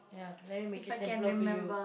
ya let me make it simpler for you